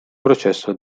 processo